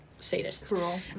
sadists